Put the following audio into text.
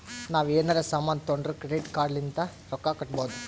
ನಾವ್ ಎನಾರೇ ಸಾಮಾನ್ ತೊಂಡುರ್ ಕ್ರೆಡಿಟ್ ಕಾರ್ಡ್ ಲಿಂತ್ ರೊಕ್ಕಾ ಕಟ್ಟಬೋದ್